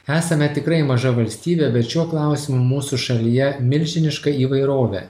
esame tikrai maža valstybė bet šiuo klausimu mūsų šalyje milžiniška įvairovė